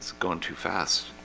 going too fast